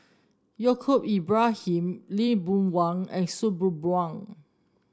Yaacob Ibrahim Lee Boon Wang and Sabri Buang